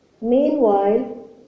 Meanwhile